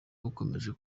bukomeje